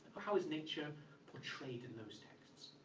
but how is nature portrayed in those texts?